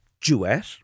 duet